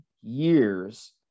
years